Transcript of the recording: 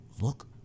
look